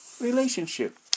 Relationship